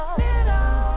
middle